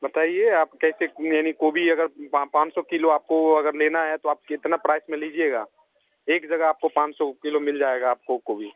बताइए आप कैसे यानी गोभी अगर पाँच सौ किलो आपको अगर लेना है तो आप कितना प्राइस में लीजिएगा एक जगह आपको पाँच सौ मिल जाएगा आपको गोभी